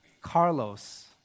Carlos